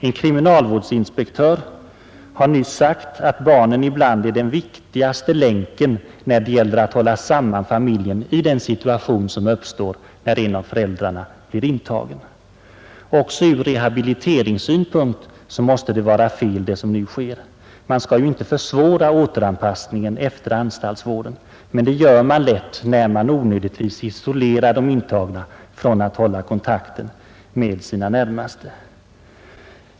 En kriminalvårdsinspektör har nyligan uttalat, att barnen ibland är den viktigaste länken när det gäller att hålla samman familjen i den situation som uppstår, när en av föräldrarna blir intagen. Också ur rehabiliteringssynpunkt måste det som nu sker vara fel. Anstaltsvården skall ju inte försvåra återanpassningen. Men det gör man lätt när man onödigtvis isolerar de intagna från att hålla kontakten med sina närmaste.